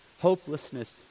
hopelessness